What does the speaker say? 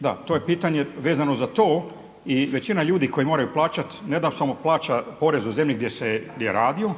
Da, to je pitanje vezano za to i većina ljudi koji moraju plaćati ne da samo plaća porez u zemlji gdje je radio,